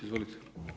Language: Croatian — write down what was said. Izvolite.